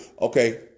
okay